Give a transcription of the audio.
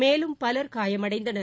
மேலும் பலர் காயமடைந்தனர்